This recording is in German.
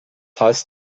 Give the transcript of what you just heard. heißt